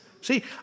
See